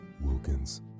Wilkins